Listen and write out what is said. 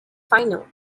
final